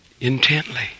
intently